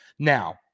Now